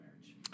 marriage